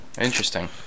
Interesting